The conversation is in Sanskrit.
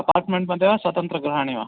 अपार्ट्मेण्ट् तत्र वा स्वतन्त्रगृहाणि वा